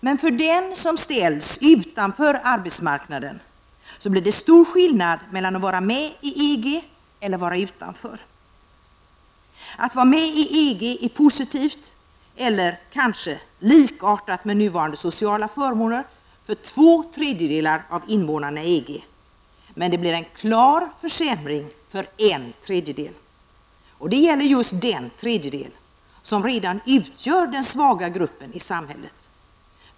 Men för den som ställs utanför arbetsmarknaden blir det stor skillnad mellan att vara med i EG och att stå utanför. Att vara med i EG är positivt eller kanske likartat med nuvarande sociala förmåner för två tredjedelar av invånarna i EG, men det innebär en klar försämring för en tredjedel. Det gäller just den tredjedel som redan utgör den svaga gruppen i samhället.